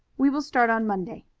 we will start on monday.